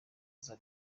aza